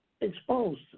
exposed